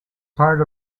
part